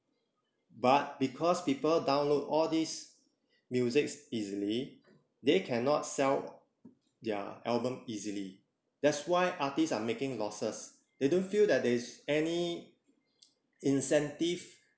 but because people download all these musics easily they cannot sell their album easily that's why artists are making losses they don't feel that there's any incentive